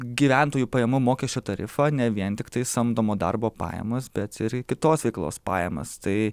gyventojų pajamų mokesčio tarifą ne vien tiktai samdomo darbo pajamas bet ir kitos veiklos pajamas tai